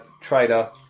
trader